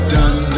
done